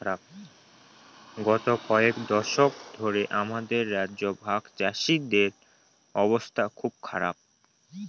গত কয়েক দশক ধরে আমাদের রাজ্যে ভাগচাষীদের অবস্থা খুব খারাপ